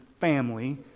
family